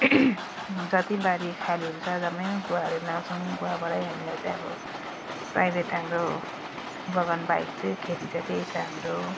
जति बारी खालीहरू छ जम्मैमा गुवाहरू लगाउँछौँ गुवाबाट हामीलाई चाहिँ अब प्राइभेट हाम्रो बगान बाहेक चाहिँ खेती चाहिँ त्यही छ हाम्रो अन्त